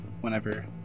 Whenever